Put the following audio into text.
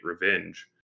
revenge